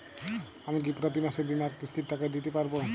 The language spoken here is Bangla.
আমি কি প্রতি মাসে বীমার কিস্তির টাকা দিতে পারবো?